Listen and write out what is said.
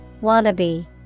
Wannabe